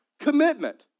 commitment